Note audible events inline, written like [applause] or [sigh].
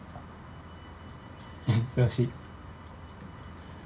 [laughs] excel sheet